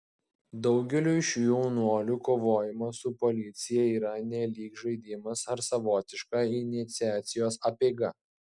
daugeliui šių jaunuolių kovojimas su policija yra nelyg žaidimas ar savotiška iniciacijos apeiga